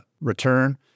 return